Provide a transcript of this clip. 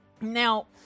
Now